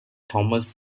thomas